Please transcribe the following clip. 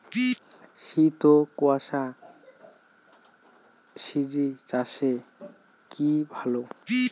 শীত ও কুয়াশা স্বজি চাষে কি ভালো?